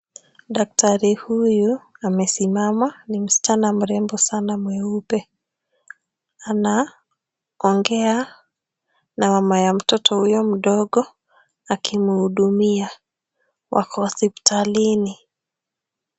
Daktari huyu amesimama ni msichana mrembo sana mweupe. Anaongea na mama ya mtoto huyo mdogo akimhudumia, wako hospitalini.